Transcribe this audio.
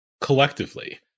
Collectively